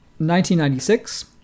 1996